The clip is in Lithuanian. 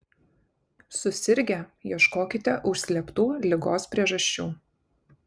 susirgę ieškokite užslėptų ligos priežasčių